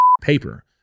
paper